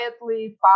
quietly